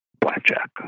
blackjack